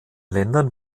ländern